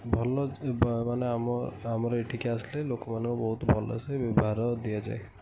ଭଲ ମାନେ ଆମ ଆମର ଏଠିକି ଆସିଲେ ଲୋକମାନଙ୍କୁ ବହୁତ ଭଲସେ ବ୍ୟବହାର ଦିଆଯାଏ